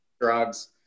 drugs